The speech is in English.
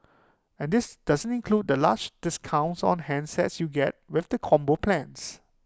and this doesn't include the large discounts on handsets you get with the combo plans